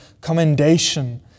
commendation